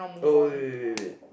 oh wait wait wait wait wait